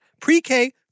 pre-K